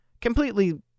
completely